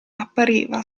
appariva